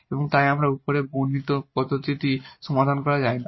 এবং তাই এটি উপরে বর্ণিত পদ্ধতি হিসাবে সমাধান করা যায় না